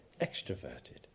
extroverted